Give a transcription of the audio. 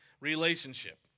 relationship